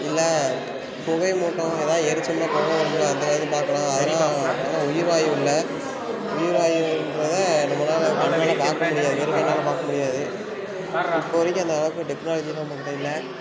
இல்லை புகைமூட்டம் எதாவது எரிச்சல்னால் புக வரும்லே அந்த மாதிரியும் பார்க்கலாம் ஆனால் ஆனால் உயிர்வாயு இல்லை உயிர்வாயுங்கிறத நம்மளால் கண்களால் பார்க்கவே முடியாது வெறும் கண்ணால் பார்க்க முடியாது இப்போ வரைக்கும் அந்த அளவுக்கு டெக்னாலஜி நம்மக்கிட்ட இல்லை